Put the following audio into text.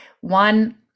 One